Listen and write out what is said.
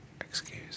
Excuse